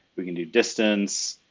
we can do distance,